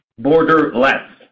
Borderless